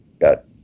got